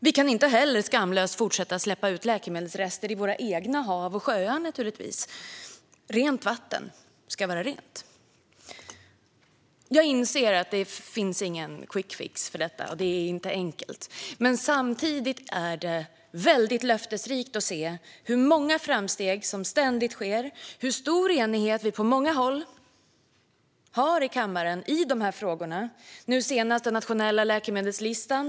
Vi kan inte heller skamlöst fortsätta att släppa ut läkemedelsrester i våra egna hav och sjöar. Rent vatten ska vara rent. Jag inser att det inte finns någon quick fix för detta. Det är inte enkelt. Men samtidigt är det väldigt löftesrikt att se hur många framsteg som ständigt sker, hur stor enighet vi på många håll har här i kammaren i dessa frågor, senast den nationella läkemedelslistan.